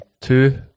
two